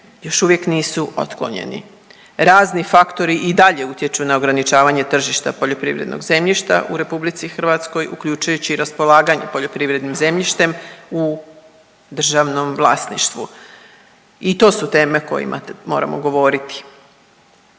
još uvijek nisu otklonjeni. Razni faktori i dalje utječu na ograničavanje tržišta poljoprivrednog zemljišta u Republici Hrvatskoj uključujući i raspolaganje poljoprivrednim zemljištem u državnom vlasništvu. I to su teme o kojima moramo govoriti.